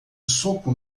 soco